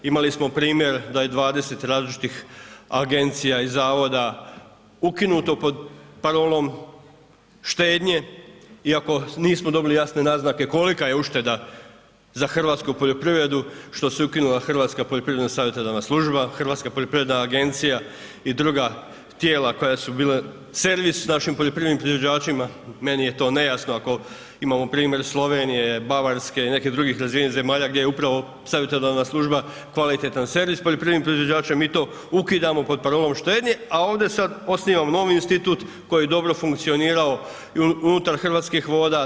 Imali smo primjer da je 20 različitih agencija i zavoda ukinuto pod parolom štednje, iako nismo dobili jasne naznake kolika je ušteda za hrvatsku poljoprivredu što se ukinula Hrvatska poljoprivredna savjetodavna služba, Hrvatska poljoprivredna agencija i druga tijela koja su bila servis našim poljoprivrednim proizvođačima, meni je to nejasno, ako imamo primjer Slovenije, Bavarske i nekih drugih razvijenih zemalja gdje je upravo savjetodavna služba kvalitetan servis poljoprivrednim proizvođačima, mi to ukidamo pod parolom štednje, a ovdje sad osnivamo novi institut koji je dobro funkcionirao unutar Hrvatskih voda.